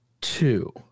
two